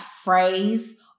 phrase